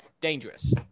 dangerous